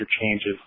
changes